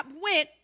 went